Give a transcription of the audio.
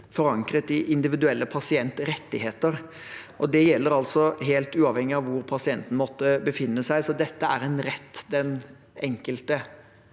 for ankret, i individuelle pasientrettigheter. Det gjelder altså helt uavhengig av hvor pasienten måtte befinne seg. Så dette er en rett den enkelte